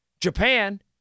Japan